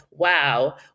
Wow